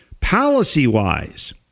policy-wise